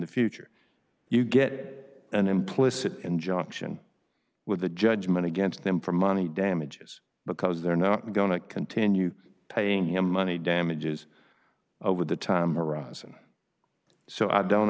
the future you get an implicit injunction with the judgment against them for money damages because they're not going to continue paying him money damages over the time horizon so i don't